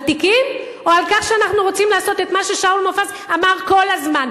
על תיקים או על כך שאנחנו רוצים לעשות את מה ששאול מופז אמר כל הזמן?